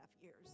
years